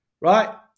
right